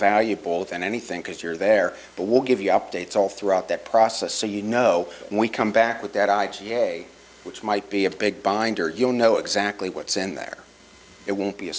valuable than anything because you're there but we'll give you updates all throughout that process so you know when we come back with that i say which might be a big binder you'll know exactly what's in there it won't be a